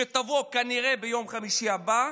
שתבוא כנראה ביום חמישי הבא,